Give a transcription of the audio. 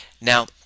now